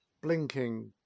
blinking